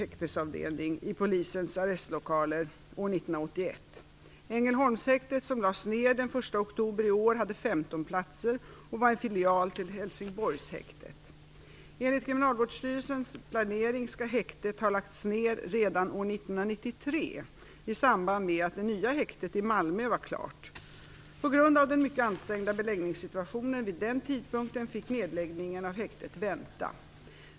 Ängelholmshäktet, som lades ned den 1 oktober i år, hade 15 platser och var en filial till Helsingborgshäktet. Enligt Kriminalvårdsstyrelsens planering skulle häktet ha lagts ned redan år 1993, i samband med att det nya häktet i Malmö var klart. På grund av den mycket ansträngda beläggningssituationen vid den tidpunkten fick nedläggningen av häktet vänta.